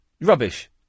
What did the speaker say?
Rubbish